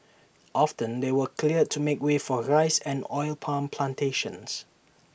often they were cleared to make way for rice and oil palm Plantations